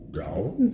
down